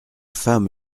femme